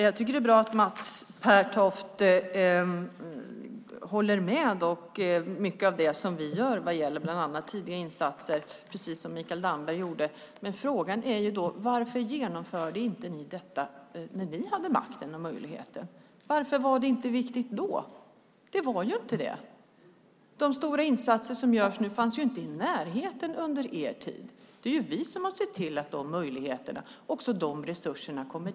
Fru talman! Det är bra att Mats Pertoft, precis som Mikael Damberg, håller med om mycket av det som vi gör, bland annat vad gäller tidiga insatser. Frågan är varför inte ni, Mats Pertoft, genomförde detta när ni hade makten och möjligheten. Varför var det inte viktigt då? Det var ju inte det. De stora insatser som nu görs kom ni inte ens i närheten av under den tid ni var i majoritet. Det är vi som har sett till att de möjligheterna och resurserna skapats.